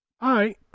Hi